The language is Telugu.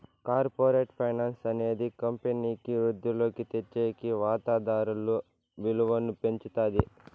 కార్పరేట్ ఫైనాన్స్ అనేది కంపెనీకి వృద్ధిలోకి తెచ్చేకి వాతాదారుల విలువను పెంచుతాది